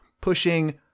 pushing